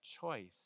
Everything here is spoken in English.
choice